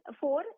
four